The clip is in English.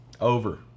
Over